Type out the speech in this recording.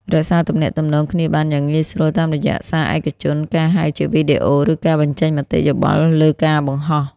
រក្សាទំនាក់ទំនងគ្នាបានយ៉ាងងាយស្រួល តាមរយៈសារឯកជន ការហៅជាវីដេអូ ឬការបញ្ចេញមតិយោបល់លើការបង្ហោះ។